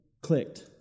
clicked